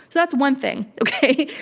that's one thing, okay?